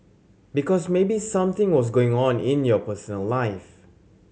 because maybe something was going on in your personal life